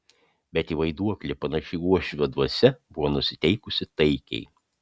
bet į vaiduoklį panaši uošvio dvasia buvo nusiteikusi taikiai